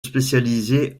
spécialisé